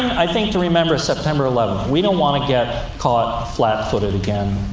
i think, to remember, is september eleven. we don't want to get caught flat-footed again.